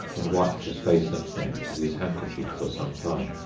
and wiped his face and neck with his handkerchief for some time,